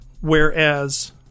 Whereas